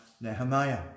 Nehemiah